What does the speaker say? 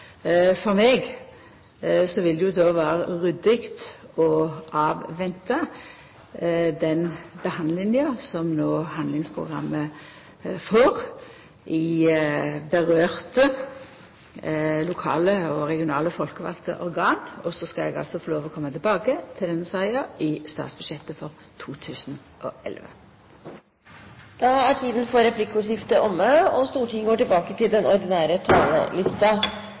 For meg vil det då vera ryddig å avventa den behandlinga som no handlingsprogrammet får i dei lokale og regionale folkevalde organa dette gjeld. Så skal eg få koma tilbake til denne saka i statsbudsjettet for 2011. Replikkordskiftet er omme.